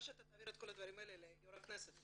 שתעביר את כל הדברים האלה ליושב-ראש הכנסת.